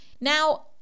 now